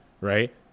right